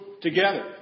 together